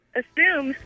assume